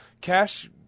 cash